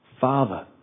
Father